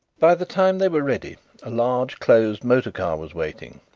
by the time they were ready a large closed motor car was waiting.